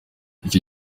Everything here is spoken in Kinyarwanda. iki